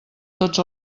tots